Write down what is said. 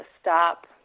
stop